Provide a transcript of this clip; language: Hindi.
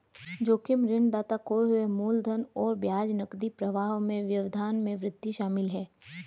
जोखिम ऋणदाता खोए हुए मूलधन और ब्याज नकदी प्रवाह में व्यवधान में वृद्धि शामिल है